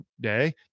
day